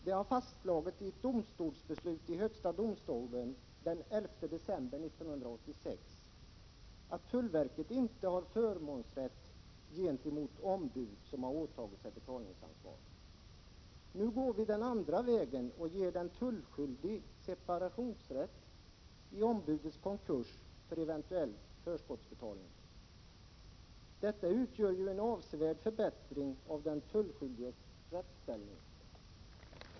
Det har fastslagits i en dom i högsta domstolen den 11 december 1986 att tullverket inte har förmånsrätt gentemot ombud som har åtagit sig betalningsansvar. Nu går vi den andra vägen och ger den tullskyldige separationsrätt i ombudets konkurs för eventuell förskottsbetalning. Det utgör en avsevärd förbättring av den tullskyldiges rättsställning.